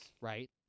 right